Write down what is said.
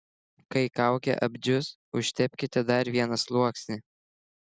kai kaukė apdžius užtepkite dar vieną sluoksnį